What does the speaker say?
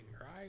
right